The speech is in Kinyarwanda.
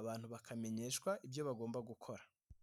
abantu bakamenyeshwa ibyo bagomba gukora.